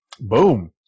Boom